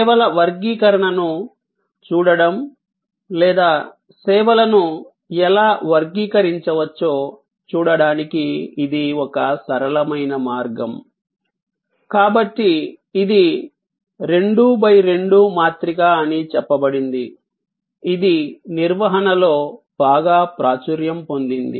సేవల వర్గీకరణను చూడటం లేదా సేవలను ఎలా వర్గీకరించవచ్చో చూడటానికి ఇది ఒక సరళమైన మార్గం కాబట్టి ఇది 2 X 2 మాత్రిక అని చెప్పబడింది ఇది నిర్వహణలో బాగా ప్రాచుర్యం పొందింది